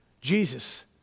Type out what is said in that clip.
Jesus